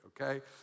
Okay